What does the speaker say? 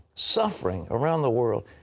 suffering, around the world.